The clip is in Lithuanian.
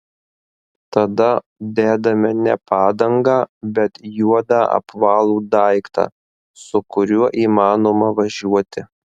tada dedame ne padangą bet juodą apvalų daiktą su kuriuo įmanoma važiuoti